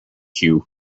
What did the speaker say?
cue